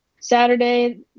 Saturday